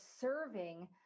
serving